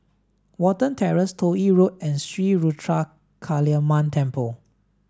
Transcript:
Watten Terrace Toh Yi Road and Sri Ruthra Kaliamman Temple